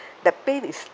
the pain is